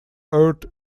earth